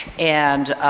and,